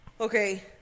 Okay